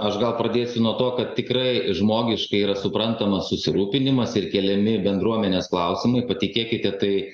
aš gal pradėsiu nuo to kad tikrai žmogiškai yra suprantamas susirūpinimas ir keliami bendruomenės klausimai patikėkite tai